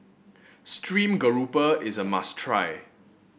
stream grouper is a must try